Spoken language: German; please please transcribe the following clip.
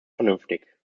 vernünftig